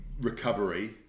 recovery